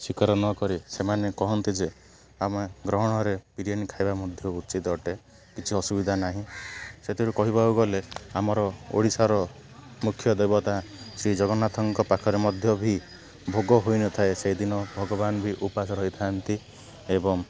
ସ୍ଵିକାର ନକରି ସେମାନେ କହନ୍ତି ଯେ ଆମେ ଗ୍ରହଣରେ ବିରିୟାନୀ ଖାଇବା ମଧ୍ୟ ଉଚିତ ଅଟେ କିଛି ଅସୁବିଧା ନାହିଁ ସେଥିରୁ କହିବାକୁ ଗଲେ ଆମର ଓଡ଼ିଶାର ମୁଖ୍ୟ ଦେବତା ଶ୍ରୀଜଗନ୍ନାଥଙ୍କ ପାଖରେ ମଧ୍ୟ ବି ଭୋଗ ହୋଇନଥାଏ ସେଇଦିନ ଭଗବାନ ବି ଉପାସ ରହିଥାନ୍ତି ଏବଂ